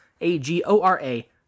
A-G-O-R-A